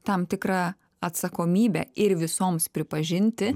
tam tikrą atsakomybę ir visoms pripažinti